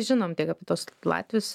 žinom tiek apie tuos latvius